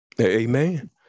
Amen